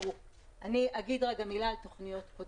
אני אגיד מילה על תוכניות קודמות.